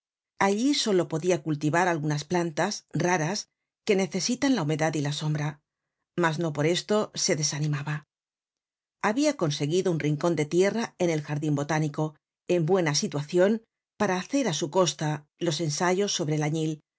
allí solo podia cultivar algunas plantas raras que necesitan la humedad y la sombra mas no por esto se desanimaba habia conseguido un rincon de tierra en el jardin botánico en buena situacion para hacer á su costa los ensayos sobre el añil